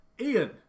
Ian